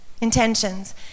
intentions